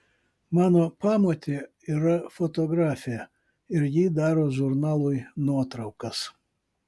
mano pamotė yra fotografė ir ji daro žurnalui nuotraukas